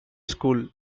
school